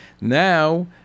Now